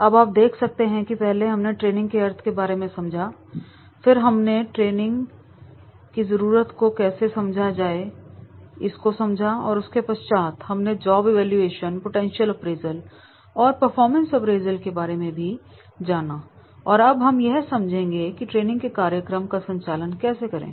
अब आप देख सकते हैं कि पहले हमने ट्रेनिंग के अर्थ के बारे में समझा फिर हमने समझा की ट्रेनिंग की जरूरत को कैसे समझा जाए उसके पश्चात हमने जॉब इवेलुएश पोटेंशियल अप्रेजल और परफॉर्मेंस अप्रेजल के बारे में भी जाना और अब हम यह समझेंगे की ट्रेनिंग के कार्यक्रम का संचालन कैसे करें